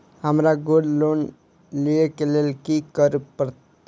हमरा gold loan लिय केँ लेल की करऽ पड़त?